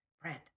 friend